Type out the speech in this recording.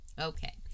okay